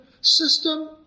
system